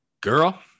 Girl